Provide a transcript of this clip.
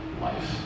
life